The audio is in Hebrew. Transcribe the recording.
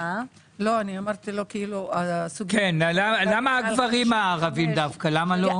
למה דווקא הגברים הערבים?